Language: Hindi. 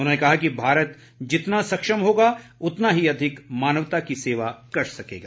उन्होंने कहा कि भारत जितना सक्षम होगा उतना ही अधिक मानवता की सेवा कर सकेगा